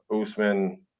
Usman